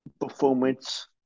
performance